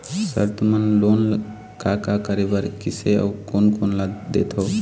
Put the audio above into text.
Sir तुमन loan का का करें बर, किसे अउ कोन कोन ला देथों?